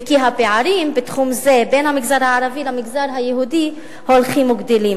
וכי הפערים בתחום זה בין המגזר הערבי למגזר היהודי הולכים וגדלים.